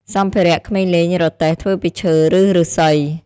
សម្ភារៈក្មេងលេងរទេះ ធ្វើពីឈើ ឬឫស្សី។